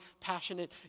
passionate